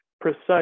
precise